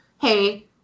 hey